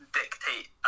dictate